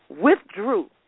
withdrew